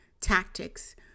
tactics